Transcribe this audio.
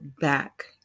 back